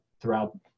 throughout